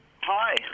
Hi